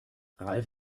ralf